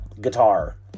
guitar